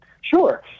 Sure